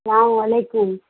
سلام علیکم